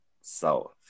south